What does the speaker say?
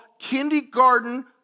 kindergarten